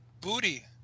Booty